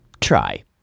try